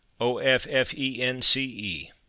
O-F-F-E-N-C-E